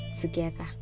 together